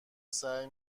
سعی